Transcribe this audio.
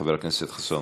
חבר הכנסת חסון.